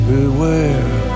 Beware